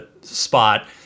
spot